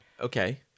Okay